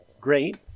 Great